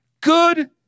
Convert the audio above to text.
good